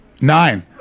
Nine